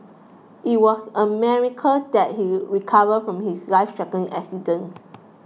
it was a miracle that he recovered from his lifethreatening accident